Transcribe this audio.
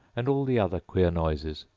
and all the other queer noises,